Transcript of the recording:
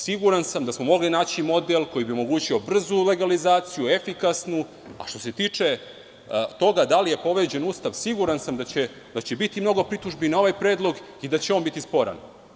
Siguran sam da smo mogli naći model koji bi omogućio brzu legalizaciju, efikasnu, a što se tiče toga da li je povređen Ustav, siguran sam da će biti mnogo pritužbi na ovaj Predlog i da će on biti sporan.